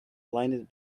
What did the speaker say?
blinded